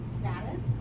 status